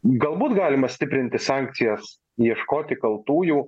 galbūt galima stiprinti sankcijas ieškoti kaltųjų